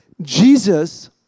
Jesus